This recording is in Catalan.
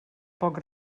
poc